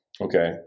Okay